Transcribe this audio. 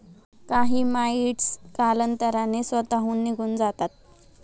काही माइटस कालांतराने स्वतःहून निघून जातात